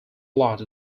lot